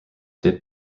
did